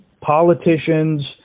politicians